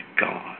God